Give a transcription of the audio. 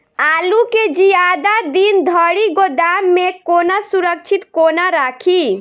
आलु केँ जियादा दिन धरि गोदाम मे कोना सुरक्षित कोना राखि?